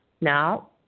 Now